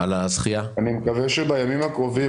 אני מקווה שבימים הקרובים.